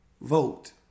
vote